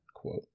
quote